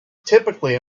typically